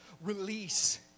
release